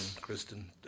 Kristen